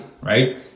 right